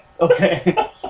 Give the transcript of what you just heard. Okay